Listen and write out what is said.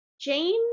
Jane